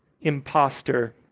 imposter